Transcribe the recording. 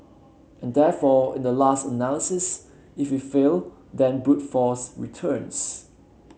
and therefore in the last analysis if we fail then brute force returns